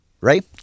right